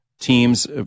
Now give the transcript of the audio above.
teams